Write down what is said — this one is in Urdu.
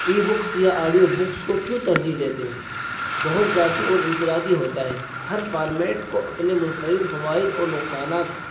ای بکس یا آڈیو بکس کو کیوں ترجیح دیتے ہیں بہت ذاتی اور انفرادی ہوتا ہے ہر فارمیٹ کے اپنے منفرد فوائد اور نقصانات ہیں